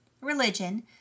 religion